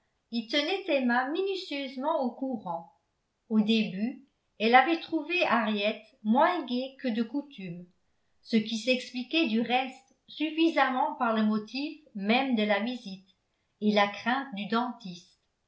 et tenait emma minutieusement au courant au début elle avait trouvé henriette moins gaie que de coutume ce qui s'expliquait du reste suffisamment par le motif même de la visite et la crainte du dentiste